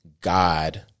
God